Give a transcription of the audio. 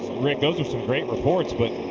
rick, those are some great reports, but